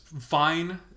fine